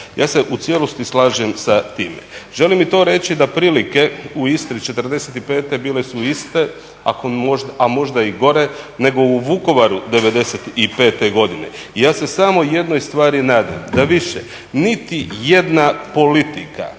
ja se u cijelosti slažem sa time. Želim i to reći da prilike u Istri '45. bile su iste, a možda i gore nego u Vukovaru '95. godine. I ja se samo jednoj stvari nadam, da više niti jedna politika